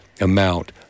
amount